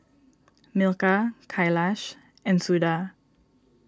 Milkha Kailash and Suda